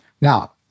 Now